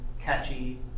catchy